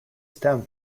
stem